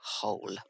whole